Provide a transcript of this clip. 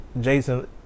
Jason